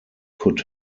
could